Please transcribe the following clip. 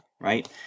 Right